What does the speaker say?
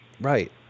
Right